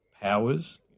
powers